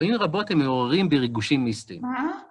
פעמים רבות הם מעוררים בי ריגשות מיסטיים.